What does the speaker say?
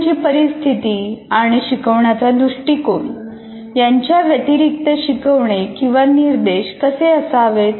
शिकवण्याची परिस्थिती आणि शिकवण्याचा दृष्टिकोण यांच्या व्यतिरिक्त शिकवणे किंवा निर्देश कसे असावेत